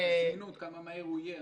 --- זה זמינות, כמה מהר הוא יהיה.